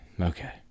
Okay